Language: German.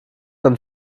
dann